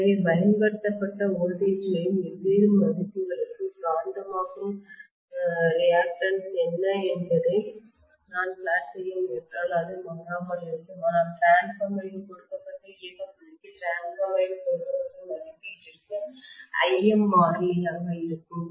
எனவே பயன்படுத்தப்பட்ட வோல்டேஜ்களின் வெவ்வேறு மதிப்புகளுக்கு காந்தமாக்கும் ரியாக்டன்ஸ்எதிர்வினை என்ன என்பதை நான் பிளாட் செய்ய முயன்றால் அது மாறாமல் இருக்கும் ஆனால் டிரான்ஸ்பார்மரின் கொடுக்கப்பட்ட இயக்க புள்ளிக்கு டிரான்ஸ்பார்மரின் கொடுக்கப்பட்ட மதிப்பீட்டிற்கு Lm மாறிலியாக இருக்கும்